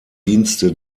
dienste